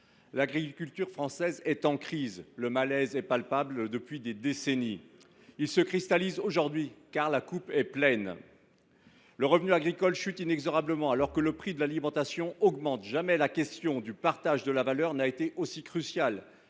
L’agriculture française est en crise. Le malaise est palpable depuis des décennies. Il se cristallise aujourd’hui, car la coupe est pleine : le revenu agricole chute inexorablement, alors que les prix alimentaires augmentent. Jamais la question du partage de la valeur n’a été aussi cruciale.